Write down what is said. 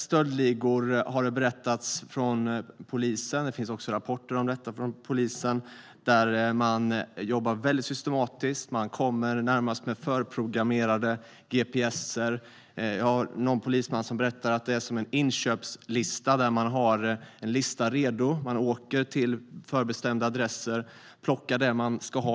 Polisen har berättat om organiserade stöldligor - det finns också rapporter om detta från polisen - som jobbar mycket systematiskt. De kommer med närmast förprogrammerade gps:er. En polisman berättade att de har något som kan liknas vid en inköpslista. De åker till förbestämda adresser och plockar det som de ska ha.